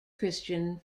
christian